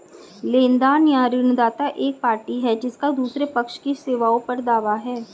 लेनदार या ऋणदाता एक पार्टी है जिसका दूसरे पक्ष की सेवाओं पर दावा है